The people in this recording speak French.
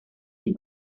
des